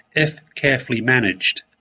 if carefully managed.